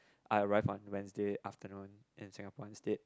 I arrived on Wednesday afternoon in Singapore instead